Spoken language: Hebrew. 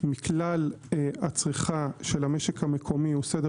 מכלל הצריכה של המשק המקומי הוא סדר